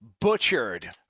butchered